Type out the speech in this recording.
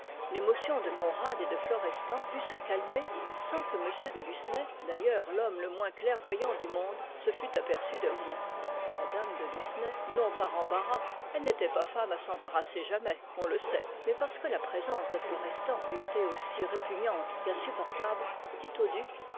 l'émotion de conrad et de florestan put se calmer sans que m de lucenay d'ailleurs l'homme le moins clairvoyant du monde se fût aperçu de rien mme de lucenay non par embarras elle n'était pas femme à s'embarrasser jamais on le sait mais parce que la présence de florestan lui était aussi répugnante qu'insupportable dit au duc